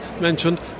mentioned